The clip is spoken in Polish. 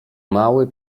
mały